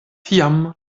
tiam